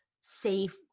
safe